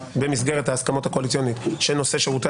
במסגרת ההסכמות הקואליציוניות שנושא שירותי